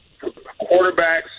Quarterbacks